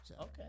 Okay